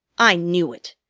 i knew it!